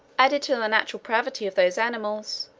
added to the natural pravity of those animals,